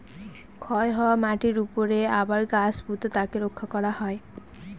ক্ষয় হওয়া মাটিরর উপরে আবার গাছ পুঁতে তাকে রক্ষা করা হয়